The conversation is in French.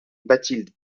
bathilde